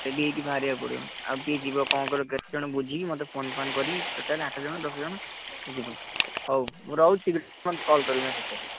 ready ହେଇକି ବାହାରିବାକୁ ପଡ଼ିବ ଆଉ କିଏ ଯିବ କ'ଣ କରିବ କେତେ ଜଣ ବୁଝିକି ମୋତେ ଫୋନ୍ ଫାନ୍ କରିକି ଟୋଟାଲ ଆଠ ଜଣ ଦଶ ଜଣ ଯିବୁ ହଉ ମୁଁ ରହୁଛି ବୁଝିକି ମୋତେ କଲ୍ କରିବୁ ମେସେଜ କରିବୁ